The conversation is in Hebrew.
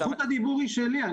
זכות הדיבור היא שלי.